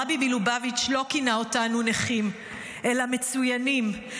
הרבי מלובביץ' לא כינה אותנו "נכים" אלא "מצוינים",